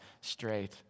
straight